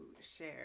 share